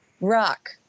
rock